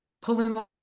pulling